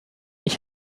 ich